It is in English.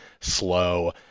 slow